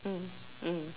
mm mm